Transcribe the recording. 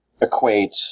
equate